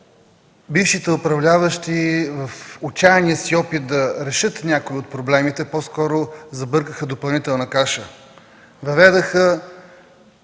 бившите управляващи, в отчаяния си опит да решат някои от проблемите, по-скоро забъркаха допълнителна каша – въведоха